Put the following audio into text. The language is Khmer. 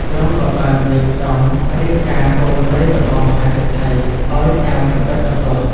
ទ្រង់ក៏បានរៀបចំរៀបការកូនស្រីរបស់មហាសេដ្ឋីឱ្យចៅកាំបិតបន្ទោះ។